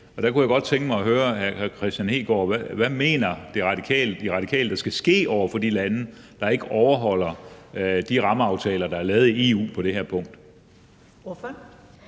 Hvad mener De Radikale der skal ske over for de lande, der ikke overholder de rammeaftaler, der er